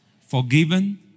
forgiven